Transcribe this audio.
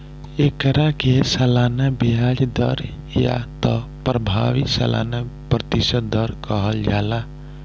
एकरा के सालाना ब्याज दर या त प्रभावी सालाना प्रतिशत दर कहल जाला